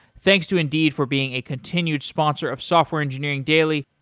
thanks to indeed for being a continued sponsor of software engineering daily.